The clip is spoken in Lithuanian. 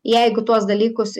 jeigu tuos dalykus